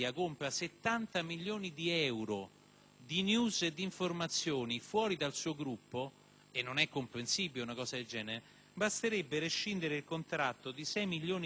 di *news* e informazioni fuori dal suo gruppo (e non è comprensibile un fatto del genere), basterebbe rescindere il contratto di 6 milioni di euro con il canale CFN